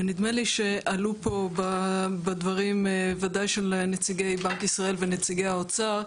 ונדמה לי שעלו פה בדברים וודאי של נציגי בנק ישראל ונציגי האוצר,